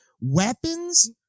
weapons